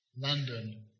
London